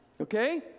Okay